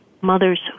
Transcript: mothers